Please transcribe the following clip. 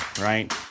right